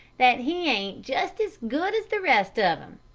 that he ain't just as good as the rest of em.